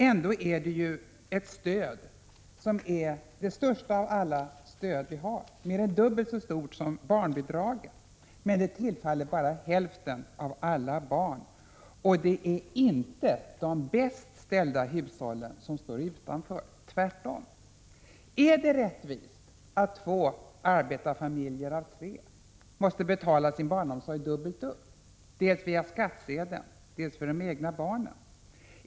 Ändå är det den mest omfattande av alla stödformer vi har, mer än dubbelt så stor som barnbidragen, men det tillfaller bara hälften av alla barn. Och det är inte de bäst ställda hushållen som står utanför, tvärtom. Är det rimligt att två arbetarfamiljer av tre måste betala sin barnomsorg dubbelt upp, dels via skattsedeln, dels via utlägg för vård av egna barn?